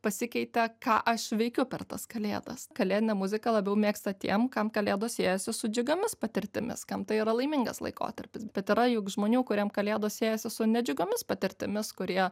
pasikeitė ką aš veikiu per tas kalėdas kalėdinę muzika labiau mėgsta tiem kam kalėdos siejasi su džiugiomis patirtimis kam tai yra laimingas laikotarpis bet yra juk žmonių kuriem kalėdos siejasi su nedžiugiomis patirtimis kurie